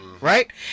right